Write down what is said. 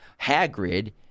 Hagrid